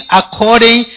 according